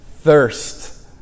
thirst